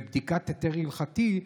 לבדיקת היתר הלכתי,